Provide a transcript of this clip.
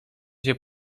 się